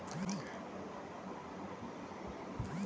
पेड़ से गिरे टिकोलों को बच्चे हाथ से बटोर रहे हैं